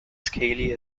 scaly